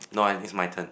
no is my turn